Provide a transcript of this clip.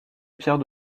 pierre